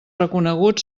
reconegut